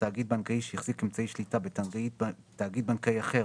תאגיד בנקאי שהחזיק אמצעי שליטה בתאגיד בנקאי אחר